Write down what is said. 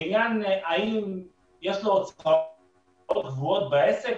לעניין האם יש לו הוצאות קבועות בעסק,